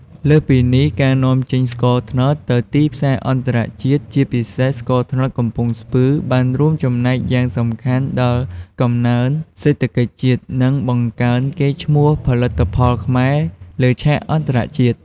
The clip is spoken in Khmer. លើសពីនេះ ការនាំចេញស្ករត្នោតទៅទីផ្សារអន្តរជាតិ ជាពិសេសស្ករត្នោតកំពង់ស្ពឺ បានរួមចំណែកយ៉ាងសំខាន់ដល់កំណើនសេដ្ឋកិច្ចជាតិ និងបង្កើនកេរ្តិ៍ឈ្មោះផលិតផលខ្មែរលើឆាកអន្តរជាតិ។